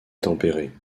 tempéré